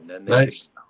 Nice